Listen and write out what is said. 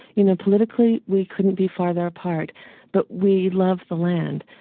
you know, politically we couldn't be farther apart but we love the land.